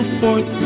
forth